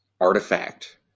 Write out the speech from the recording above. artifact